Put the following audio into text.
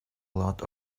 lot